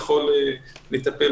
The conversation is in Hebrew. שיוכלו לטפל